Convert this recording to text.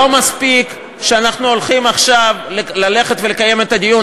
לא מספיק שאנחנו הולכים עכשיו לקיים את הדיון,